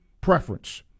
preference